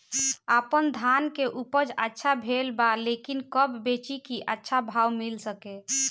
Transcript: आपनधान के उपज अच्छा भेल बा लेकिन कब बेची कि अच्छा भाव मिल सके?